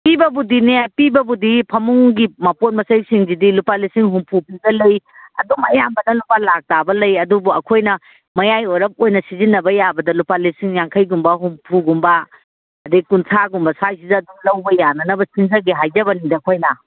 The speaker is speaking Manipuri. ꯄꯤꯕꯕꯨꯗꯤꯅꯦ ꯄꯤꯕꯕꯨꯗꯤ ꯐꯃꯨꯡꯒꯤ ꯃꯄꯣꯠ ꯃꯆꯩꯁꯤꯡꯁꯤꯗꯤ ꯂꯨꯄꯥ ꯂꯤꯁꯤꯡ ꯍꯨꯝꯐꯨ ꯄꯤꯕ ꯂꯩ ꯑꯗꯨꯝ ꯑꯌꯥꯝꯕꯅ ꯂꯨꯄꯥ ꯂꯥꯛꯇꯕ ꯂꯩꯌꯦ ꯑꯗꯨꯕꯨ ꯑꯩꯈꯣꯏꯅ ꯃꯌꯥꯏ ꯋꯥꯏꯔꯞ ꯑꯣꯏꯅ ꯁꯤꯖꯤꯟꯅꯕ ꯌꯥꯕꯗ ꯂꯨꯄꯥ ꯂꯤꯁꯤꯡ ꯌꯥꯡꯈꯩꯒꯨꯝꯕ ꯍꯨꯝꯐꯨꯒꯨꯝꯕ ꯑꯗꯒꯤ ꯀꯨꯟꯊ꯭ꯔꯥꯒꯨꯝꯕ ꯁ꯭ꯋꯥꯏꯁꯤꯗ ꯑꯗꯨꯝ ꯂꯧꯕ ꯌꯥꯅꯅꯕ ꯁꯤꯟꯖꯒꯦ ꯍꯥꯏꯖꯕꯅꯤꯗ ꯑꯩꯈꯣꯏꯅ